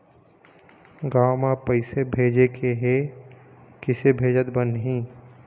गांव म पैसे भेजेके हे, किसे भेजत बनाहि?